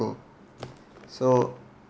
so